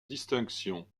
distinction